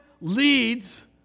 leads